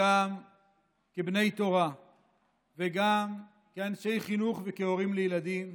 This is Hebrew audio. גם כבני תורה וגם כאנשי חינוך וכהורים לילדים,